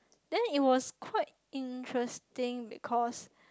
then it was quite interesting because